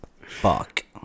fuck